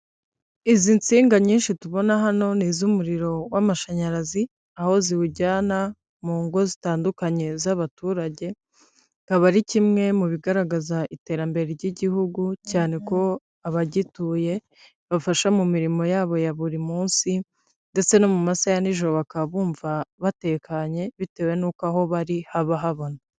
Izi nsinga nyinshi tubona hano ni iz'umuriro w'amashanyarazi, aho ziwujyana mu ngo zitandukanye z'abaturage, akaba ari kimwe mu bigaragaza iterambere ry'igihugu cyane ko abagituye bafasha mu mirimo yabo ya buri munsi ,ndetse no mu masaha ya nijoro bakaba bumva batekanye bitewe n'uko aho bari haba habona.